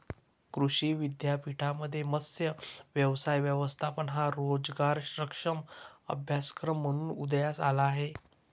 कृषी विद्यापीठांमध्ये मत्स्य व्यवसाय व्यवस्थापन हा रोजगारक्षम अभ्यासक्रम म्हणून उदयास आला आहे